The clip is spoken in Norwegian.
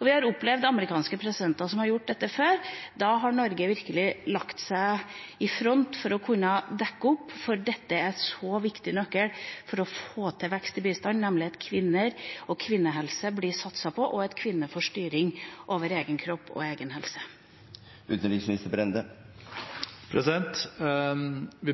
Vi har opplevd amerikanske presidenter som har gjort dette før. Da har Norge virkelig lagt seg i front for å kunne dekke opp. For det er en så viktig nøkkel for å få til vekst i bistanden at kvinner og kvinnehelse blir satset på, og at kvinner får styring over egen kropp og egen helse. Vi